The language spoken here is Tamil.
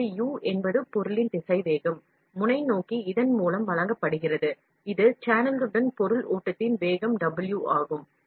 எனவே U என்பது பொருளின் திசைவேகம் முனை நோக்கி இதன்மூலம் வழங்கப்படுகிறது இது சேனலுடன் பொருள் ஓட்டத்தின் வேகம் W ஆகும்